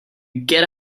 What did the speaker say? get